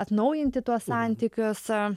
atnaujinti tuos santykius